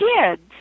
kids